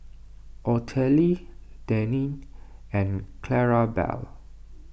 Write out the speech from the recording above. Ottilie Denine and Clarabelle